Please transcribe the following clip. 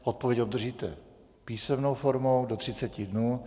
Odpověď obdržíte písemnou formou do 30 dnů.